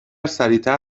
سریعتر